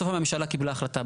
בסוף הממשלה קיבלה החלטה.